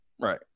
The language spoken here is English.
Right